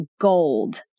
gold